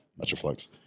Metroflex